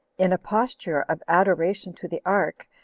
in a posture of adoration to the ark,